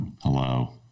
Hello